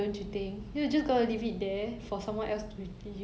no you know there's this chinese saying 路不拾遗